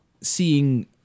seeing